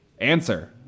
Answer